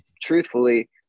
truthfully